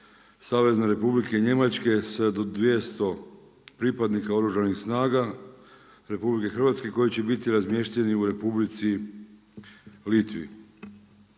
Savezne Republike Njemačke sa do 200 pripadnika Oružanih snaga RH koji će biti razmješteni u Republici Litvi.